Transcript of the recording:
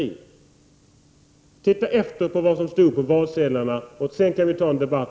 Rolf L Nilson, titta efter vad som stod på valsedlarna, sedan kan vi föra en debatt.